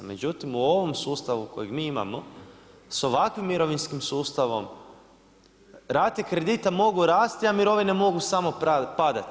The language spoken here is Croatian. Međutim, u ovom sustavu kojeg mi imamo, s ovakvim mirovinskim sustavom, rate kredita mogu rasti, a mirovine mogu smo padati.